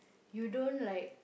you don't like